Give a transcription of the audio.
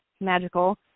magical